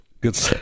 Good